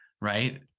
right